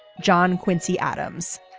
john quincy adams.